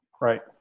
right